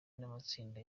n’amatsinda